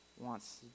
wants